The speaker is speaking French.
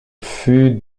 fût